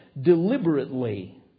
deliberately